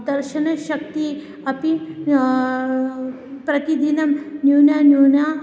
दर्शनशक्तिः अपि प्रतिदिनं न्यूना न्यूना